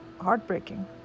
heartbreaking